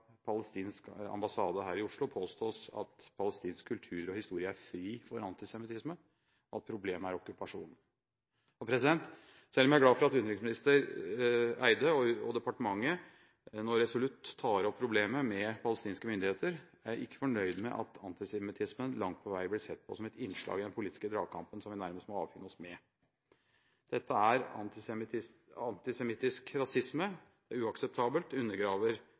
ambassade her i Oslo påstås at palestinsk kultur og historie er fri for antisemittisme, og at problemet er okkupasjonen. Selv om jeg er glad for at utenriksminister Barth Eide og departementet nå resolutt tar opp problemet med palestinske myndigheter, er jeg ikke fornøyd med at antisemittismen langt på vei blir sett på som et innslag i den politiske dragkampen som vi nærmest må avfinne oss med. Dette er antisemittistisk rasisme, det er uakseptabelt, og det undergraver